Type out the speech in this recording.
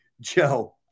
Joe